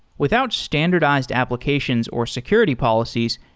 without standardized applications or security policies,